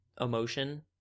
emotion